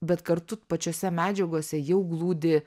bet kartu pačiose medžiagose jau glūdi